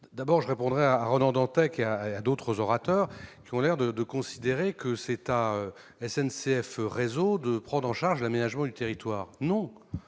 D'abord, je répondrai à Ronan Dantec et aux autres orateurs qui semblent considérer que c'est à SNCF Réseau de prendre en charge l'aménagement du territoire. Non !